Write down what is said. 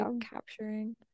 capturing